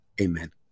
Amen